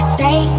Stay